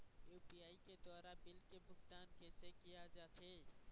UPI के द्वारा bill के भुगतान कैसे किया जाथे?